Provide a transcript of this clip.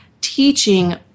teaching